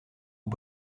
aux